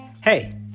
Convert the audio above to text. Hey